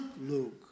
Luke